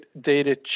data